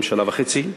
או ממשלה וחצי,